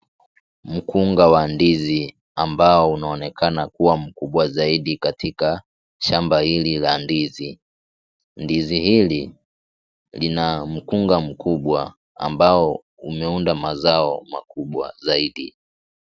Mkunga wa ndizi ambao unaonekana kuwa kubwa zaidi katika shamba hili la ndizi. Ndizi hili lina mkunga mkubwa ambao umeunda mazao makubwa zaidi.